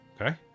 Okay